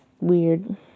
weird